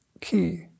key